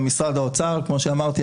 כמו שאמרתי,